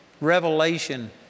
revelation